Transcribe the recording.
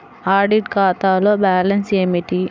Audit ఖాతాలో balance ఏమిటీ?